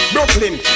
Brooklyn